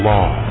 law